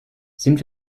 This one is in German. sind